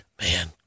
Man